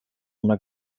una